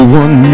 one